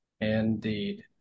indeed